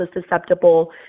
susceptible